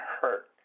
hurt